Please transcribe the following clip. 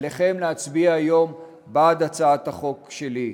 עליכם להצביע היום בעד הצעת החוק שלי.